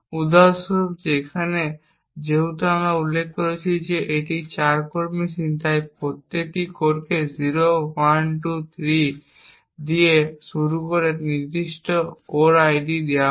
উদাহরণস্বরূপ এখানে যেহেতু আমরা উল্লেখ করেছি যে এটি 4 কোর মেশিন তাই প্রতিটি কোরকে 0 1 2 এবং 3 থেকে শুরু করে একটি নির্দিষ্ট কোর আইডি দেওয়া হয়